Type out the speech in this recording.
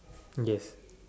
yes